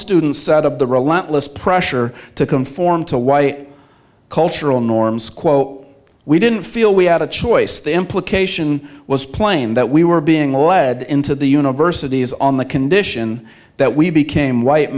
student said of the relentless pressure to conform to white cultural norms quote we didn't feel we had a choice the implication was plain that we were being led into the universities on the condition that we became white